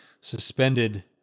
suspended –